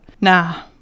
nah